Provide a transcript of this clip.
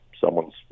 someone's